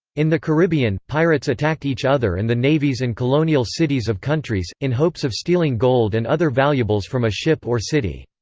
in the caribbean, pirates attacked each other and the navies and colonial cities of countries, in hopes of stealing gold and other valuables from a ship or city.